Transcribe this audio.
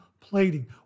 plating